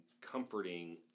comforting